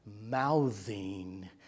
mouthing